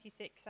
26